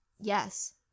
Yes